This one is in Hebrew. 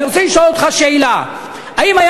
אני רוצה לשאול אותך שאלה: האם היה